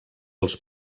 els